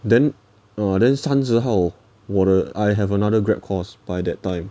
then uh then 三十号我的 I have another Grab course by that time